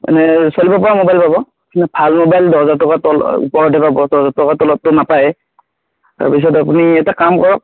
এনেই চলিব পৰা মোবাইল পাব কিন্তু ভাল মোবাইল দহ হাজাৰ টকাত তলত ওপৰতহে অলপ পাব তলততো নাপায় তাৰপিছত আপুনি এটা কাম কৰক